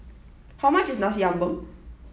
how much is Nasi Ambeng